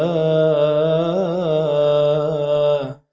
a